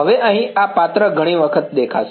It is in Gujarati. હવે અહીં આ પાત્ર ઘણી વખત દેખાશે